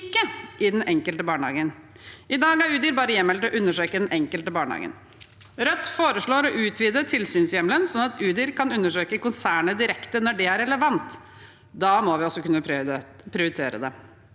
I dag har Udir bare hjemmel til å undersøke den enkelte barnehagen. Rødt foreslår å utvide tilsynshjemmelen sånn at Udir kan undersøke konsernet direkte når det er relevant. Da må vi også kunne prioritere det.